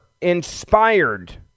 inspired